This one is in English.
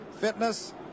fitness